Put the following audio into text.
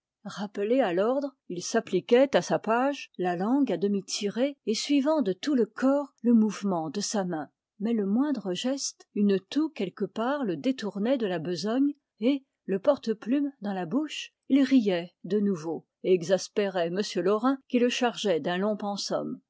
rappelé à l'ordre il s'appliquait à sa page la langue à demi tirée et suivant de tout le corps le mouvement de sa main mais le moindre geste une toux quelque part le détournaient de la besogne et le porte-plume dans la bouche il riait de nouveau et exaspérait m laurin qui le chargeait d'un long